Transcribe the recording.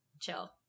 chill